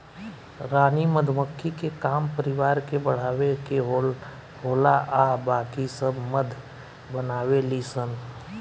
रानी मधुमक्खी के काम परिवार के बढ़ावे के होला आ बाकी सब मध बनावे ली सन